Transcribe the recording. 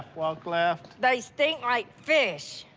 walk left. they stink like fish.